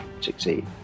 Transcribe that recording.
succeed